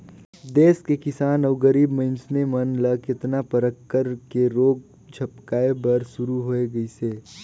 देस के किसान अउ गरीब मइनसे मन ल केतना परकर के रोग झपाए बर शुरू होय गइसे